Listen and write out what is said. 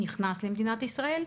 נכנס למדינת ישראל,